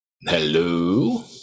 Hello